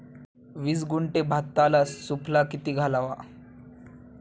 वीस गुंठे भाताला सुफला किती घालावा?